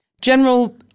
General